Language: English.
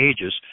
ages